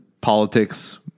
politics